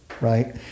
right